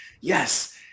yes